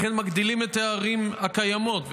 לכן מגדילים את הערים הקיימות.